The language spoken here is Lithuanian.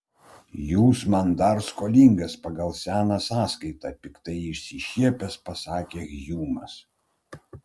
jūs man dar skolingas pagal seną sąskaitą piktai išsišiepęs pasakė hjumas